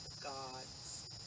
gods